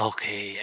Okay